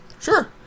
Sure